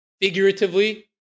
figuratively